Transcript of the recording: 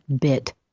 bit